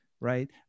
right